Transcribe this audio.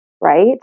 right